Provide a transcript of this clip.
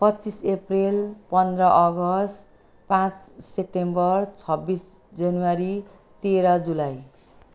पच्चिस अप्रिल पन्ध्र अगस्त पाँच सेप्टेम्बर छब्बिस जनवरी तेह्र जुलाई